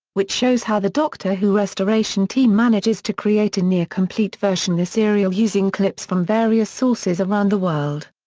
which shows how the doctor who restoration team manages to create a near-complete version this serial using clips from various sources around the world.